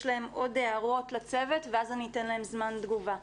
להם עוד הערות לצוות ואז אני אתן להם זמן תגובה.